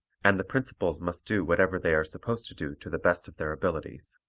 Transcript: and the principals must do whatever they are supposed to do to the best of their abilities.